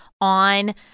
on